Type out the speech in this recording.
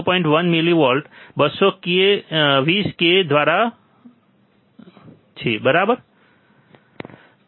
1 millivolt 220 k દ્વારા બરાબર છે ખરું